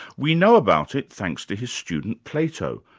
we know about it, thanks to his student plato,